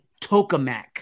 Tokamak